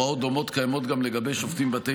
הוראות דומות קיימות גם לגבי שופטים בבתי